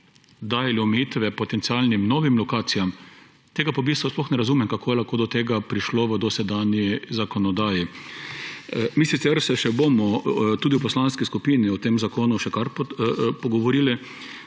dajali omejitve potencialnim novim lokacijam, tega pa v bistvu sploh ne razumem, kako je lahko do tega prišlo v dosedanji zakonodaji. Mi se bomo v poslanski skupini sicer tudi o tem zakonu še pogovorili,